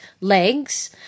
legs